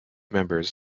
members